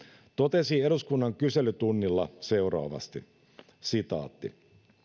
totesi eduskunnan kyselytunnilla seuraavasti